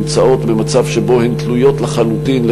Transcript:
הן נמצאות במצב שבו הן תלויות לחלוטין,